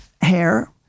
hair